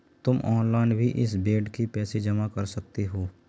तुम ऑनलाइन भी इस बेड के पैसे जमा कर सकते हो